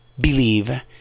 believe